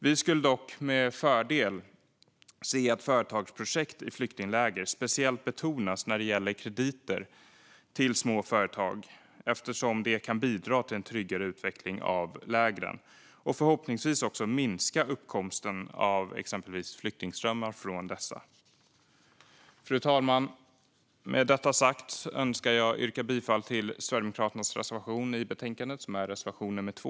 Vi skulle dock med fördel se att företagsprojekt i flyktingläger speciellt betonas när det gäller krediter till små företag, eftersom de kan bidra till en tryggare utveckling av lägren och förhoppningsvis också minska uppkomsten av exempelvis flyktingströmmar från dessa. Fru talman! Med detta sagt önskar jag yrka bifall till Sverigedemokraternas reservation i betänkandet, som är reservation nummer 2.